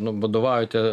nu vadovaujate